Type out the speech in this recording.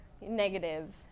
negative